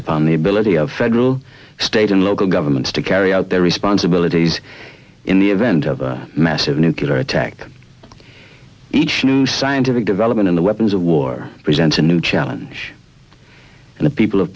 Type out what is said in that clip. upon the ability of federal state and local governments to carry out their responsibilities in the event of a massive nuclear attack each new scientific development in the weapons of war presents a new challenge and the people of